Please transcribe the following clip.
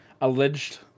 alleged